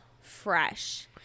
fresh